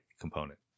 component